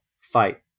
fight